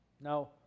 Now